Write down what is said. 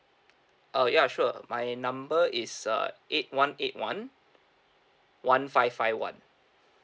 uh ya sure my number is uh eight one eight one one five five one